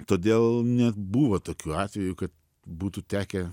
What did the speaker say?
todėl nebuvo tokių atvejų kad būtų tekę